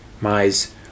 mice